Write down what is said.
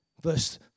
Verse